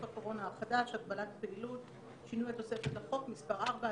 הקורונה החדש- הגבלת פעילות) (שינוי התוספת לחוק) (מס׳ 4),